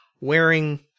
wearing